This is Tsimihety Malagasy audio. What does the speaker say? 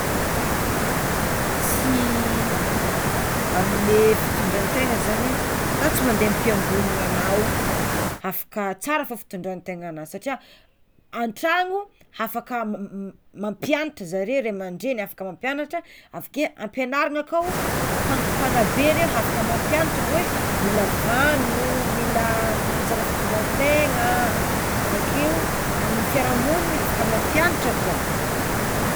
Sy- amle fitondrantegna zany na tsy mande am-piangonana anao afaka tsara fô fitondrantenanao satria an-tragno afaka mampianatra zareo ray aman-dreny afaka mampianatra avakeo ampianarina akao mpan- mpanabe reo afaka hoe mila vonono, mila tsara fitondrantegna avekeo amin'ny fiarahamoniny afaka mampianatra koa.